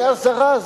תהיה הזרז,